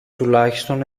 τουλάχιστον